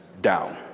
Down